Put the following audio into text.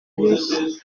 lui